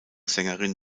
sängerin